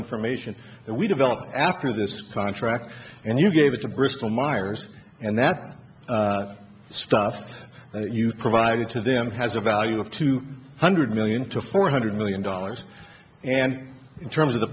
information that we developed after this contract and you gave it to bristol myers and that stuff you provided to them has a value of two hundred million to four hundred million dollars and in terms of the